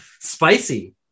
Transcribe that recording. spicy